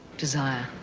desire.